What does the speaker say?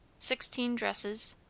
sixteen dresses.